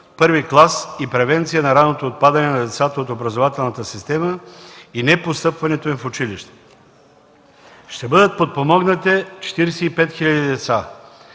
първи клас и превенция на ранното отпадане на децата от образователната система и непостъпването им в училище. Ще бъдат подпомогнати 45 хиляди деца.